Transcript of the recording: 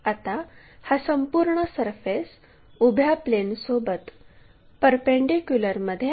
आता हा संपूर्ण सरफेस उभ्या प्लेनसोबत परपेंडीक्युलरमध्ये आहे